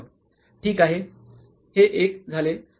प्राध्यापक ठीक आहे हे एक झाली